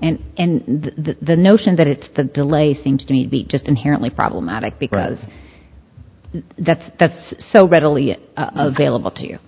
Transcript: new and the notion that it's the delay seems to be just inherently problematic because that's that's so readily available to you